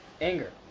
Anger